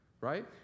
right